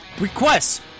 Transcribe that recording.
Requests